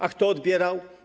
A kto odbierał?